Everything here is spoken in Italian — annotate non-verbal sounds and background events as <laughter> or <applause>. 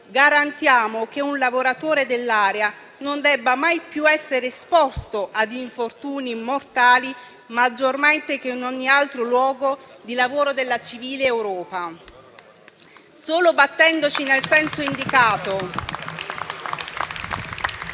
Garantiamo che un lavoratore dell'area non debba mai più essere esposto ad infortuni mortali maggiormente che in ogni altro luogo di lavoro della civile Europa. <applause> Solo battendoci nel senso indicato